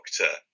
Doctor